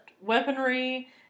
weaponry